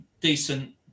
Decent